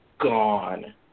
gone